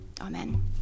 Amen